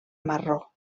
marró